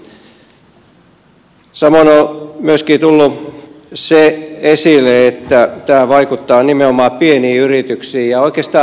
samoin on myöskin tullut se esille että tämä vaikuttaa nimenomaan pieniin yrityksiin